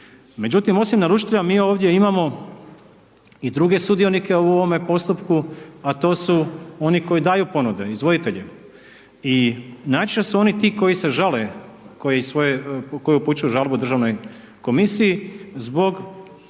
Međutim, osim naručitelja mi ovdje imamo i druge sudionike u ovome postupku, a to su oni koji daju ponude, izvoditelji. I najviše su oni ti koji se žale, koji svoje, koji upućuju žalbu državnoj komisiji zbog